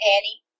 Annie